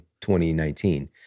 2019